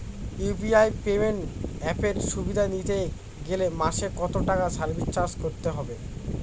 UPI payment অ্যাপের সুবিধা নিতে গেলে মাসে কত টাকা সার্ভিস চার্জ দিতে হবে?